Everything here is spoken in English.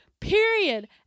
Period